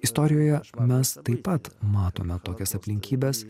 istorijoje mes taip pat matome tokias aplinkybes